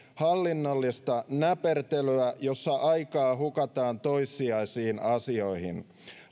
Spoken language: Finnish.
hallinnollista näpertelyä jossa aikaa hukataan toissijaisiin asioihin